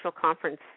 conference